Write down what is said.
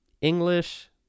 English